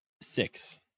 Six